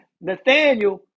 Nathaniel